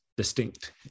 distinct